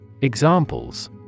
Examples